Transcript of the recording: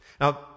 Now